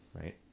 right